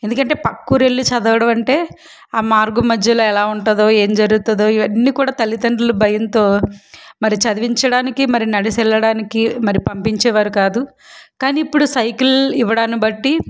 ఎందుకంటే పక్కూరెల్లి చదవడమంటే ఆ మార్గం మధ్యలో ఎలా ఉంటుందో ఏం జరుగుతుందో ఇవన్నీ కూడా తల్లిదండ్రులు భయంతో మరి చదివించడానికి మరి నడిచెళ్ళడానికి పంపించడానికి మరి పంపించేవారు కాదు కానీ ఇప్పుడు సైకిల్ ఇవ్వడాన్ని బట్టి